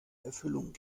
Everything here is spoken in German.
erfüllung